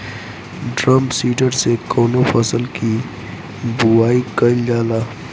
Drum seeder से कवने फसल कि बुआई कयील जाला?